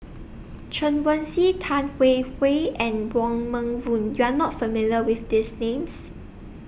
Chen Wen Hsi Tan Hwee Hwee and Wong Meng Voon YOU Are not familiar with These Names